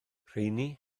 rheini